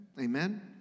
Amen